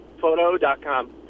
photo.com